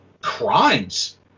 crimes